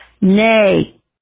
Nay